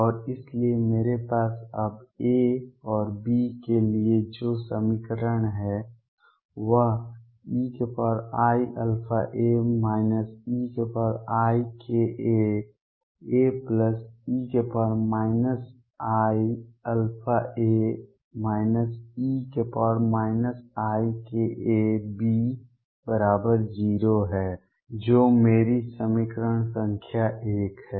और इसलिए मेरे पास अब A और B के लिए जो समीकरण है वह eiαa eikaA e iαa e ikaB0 है जो मेरी समीकरण संख्या 1 है